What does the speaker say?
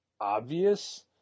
obvious